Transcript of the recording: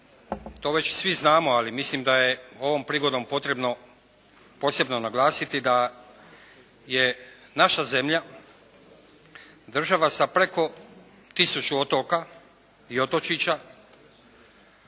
to već znamo, ali mislim da je ovom prigodom potrebno posebno naglasiti da je naša zemlja država sa preko tisuću otoka i otočića